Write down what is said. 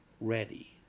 ready